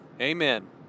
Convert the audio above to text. amen